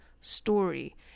story